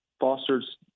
fosters